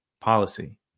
policy